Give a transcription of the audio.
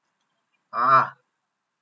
ah